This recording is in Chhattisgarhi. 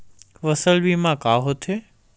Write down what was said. फसल बीमा का होथे?